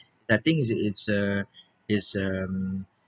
ya I think it's a it's a um